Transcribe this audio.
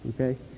okay